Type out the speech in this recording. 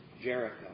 Jericho